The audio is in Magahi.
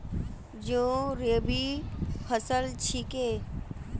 जौ रबी फसल छिके